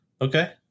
Okay